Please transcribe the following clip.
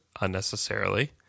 unnecessarily